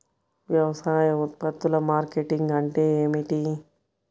వ్యవసాయ ఉత్పత్తుల మార్కెటింగ్ అంటే ఏమిటి?